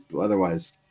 otherwise